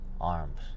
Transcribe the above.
arms